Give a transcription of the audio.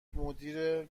مدیر